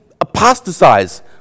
apostatize